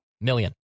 million